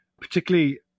Particularly